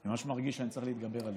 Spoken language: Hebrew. אני ממש מרגיש שאני צריך להתגבר עליהם.